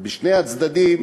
ובשני הצדדים